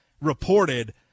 reported